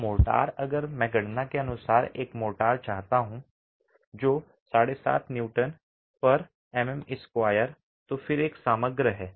अब मोर्टार अगर मैं गणना के अनुसार एक मोर्टार चाहता हूं जो 75 एन मिमी 2 है तो यह फिर से एक समग्र है